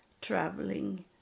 traveling